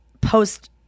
post